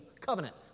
covenant